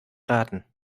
raten